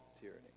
tyranny